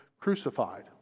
crucified